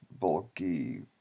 Bulky